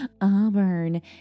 Auburn